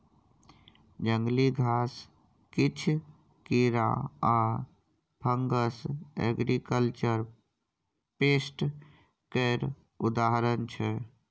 जंगली घास, किछ कीरा आ फंगस एग्रीकल्चर पेस्ट केर उदाहरण छै